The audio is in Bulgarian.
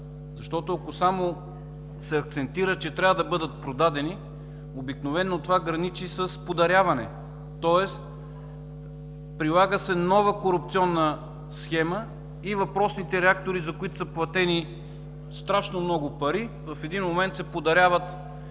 защото ако само се акцентира, че трябва да бъдат продадени, обикновено това граничи с подаряване, тоест, прилага се нова корупционна схема и въпросните реактори, за които са платени страшно много пари, в един момент се подаряват,